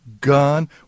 gun